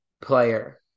player